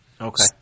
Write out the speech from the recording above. Okay